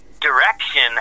direction